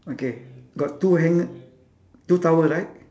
okay got two hang~ two towel right